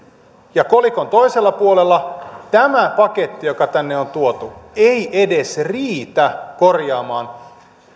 ja kolikon toisella puolella tämä paketti joka tänne on tuotu ei edes riitä korjaamaan